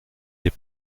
des